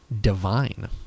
Divine